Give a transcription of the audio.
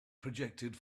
projected